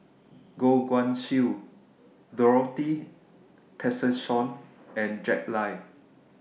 Goh Guan Siew Dorothy Tessensohn and Jack Lai